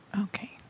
Okay